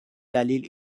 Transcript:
دلیل